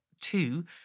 two